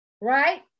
right